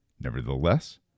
Nevertheless